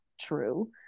true